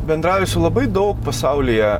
bendrauji su labai daug pasaulyje